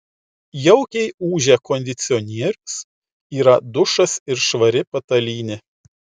jaukiai ūžia kondicionierius yra dušas ir švari patalynė